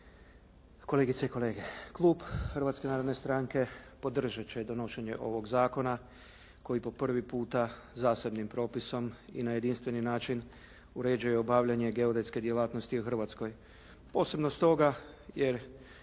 kolege i kolege. Klub Hrvatske narodne stranke podržat će donošenje ovog zakona koji po prvi puta zasebnim propisom i na jedinstveni način uređuje obavljanje geodetske djelatnosti u Hrvatskoj, posebno stoga jer